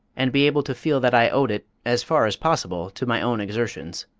and be able to feel that i owed it, as far as possible, to my own exertions.